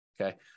Okay